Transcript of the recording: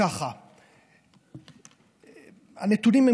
הנתונים הם